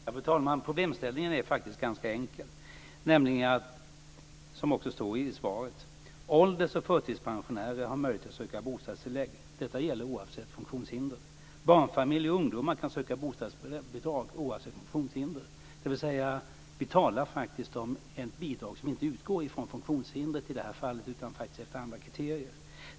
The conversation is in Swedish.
Fru talman! Problemställningen är faktiskt ganska enkel - och det här står också i svaret: Ålders och förtidspensionärer har möjlighet att söka bostadstillägg. Detta gäller oavsett funktionshinder. Barnfamiljer och ungdomar kan söka bostadsbidrag, oavsett funktionshinder. Vi talar om ett bidrag som inte utgår från funktionshindret i det här fallet, utan det handlar faktiskt om andra kriterier.